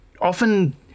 often